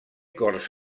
corts